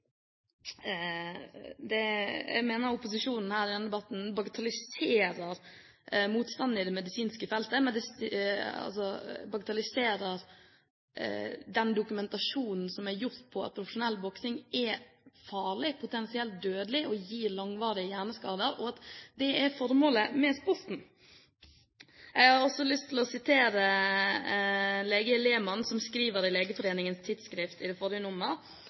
medisinske feltet, altså bagatelliserer den dokumentasjonen som er gjort på at profesjonell boksing er farlig, potensielt dødelig og kan gi langvarige hjerneskader, og at det er formålet med sporten. Jeg har også lyst til å sitere legen Lehmann, som skriver i det forrige nummeret av Tidsskrift